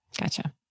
Gotcha